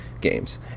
games